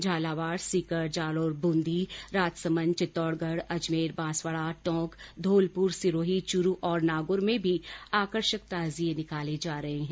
झालावाड़ सीकर जालोर बूंदी राजसमन्द चित्तौडगढ अजमेर बांसवाडा टोंक धौलपुर सिरोही चूरु और नागौर में भी आकर्षक ताजिये निकाले जा रहे हैं